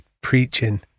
preaching